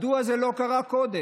מדוע זה לא קרה קודם?